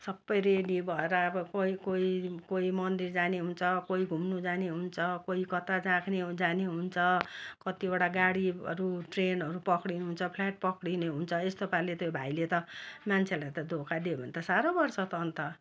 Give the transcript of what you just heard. सबै रेडी भएर अब कोही कोही कोही मन्दिर जाने हुन्छ कोही घुम्नु जाने हुन्छ कोही कता जाक्ने जाने हुन्छ कतिवटा गाडीहरू ट्रेनहरू पक्रिनु हुन्छ फ्लाइट पक्रिने हुन्छ यस्तो पारले त त्यो भाइले त मान्छेहरूलाई त धोका दियो भने त साह्रो पर्छ त अन्त